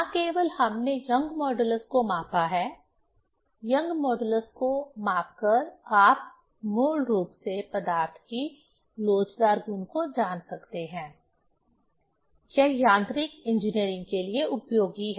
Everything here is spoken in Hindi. न केवल हमने यंग मॉड्यूलस को मापा है यंग मॉड्यूलस को माप कर आप मूल रूप से पदार्थ की लोचदार गुण को जान सकते हैं यह यांत्रिक इंजीनियरिंग के लिए उपयोगी है